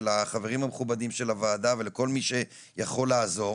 לחברים המכובדים של הוועדה ולכל מי שיכול לעזור,